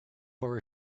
for